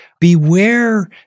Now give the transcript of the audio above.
beware